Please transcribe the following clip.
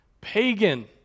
pagan